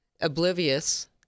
oblivious